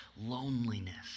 loneliness